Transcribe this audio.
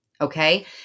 okay